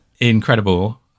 incredible